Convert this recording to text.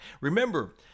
Remember